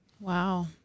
Wow